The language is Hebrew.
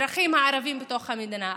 האזרחים הערבים בתוך המדינה,